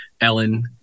Ellen